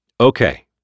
Okay